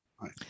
right